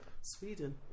Sweden